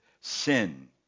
sin